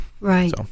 Right